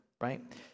right